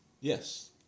Yes